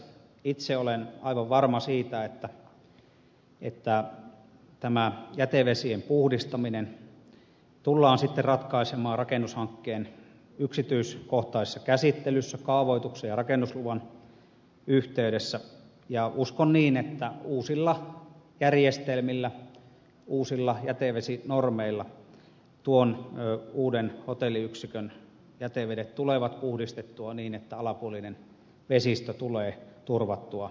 itse olen aivan varma siitä että jätevesien puhdistaminen tullaan ratkaisemaan rakennushankkeen yksityiskohtaisessa käsittelyssä kaavoituksen ja rakennusluvan yhteydessä ja uskon niin että uusilla järjestelmillä uusilla jätevesinormeilla tuon uuden hotelliyksikön jätevedet tulevat puhdistetuiksi niin että alapuolinen vesistö tulee turvattua